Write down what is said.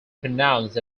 pronounced